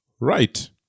right